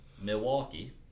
Milwaukee